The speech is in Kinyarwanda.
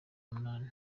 umunani